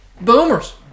Boomers